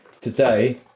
today